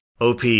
OP